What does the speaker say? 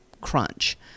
crunch